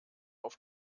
auf